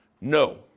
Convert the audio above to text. No